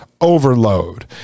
overload